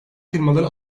firmaları